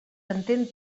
entén